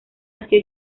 nació